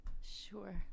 Sure